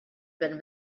been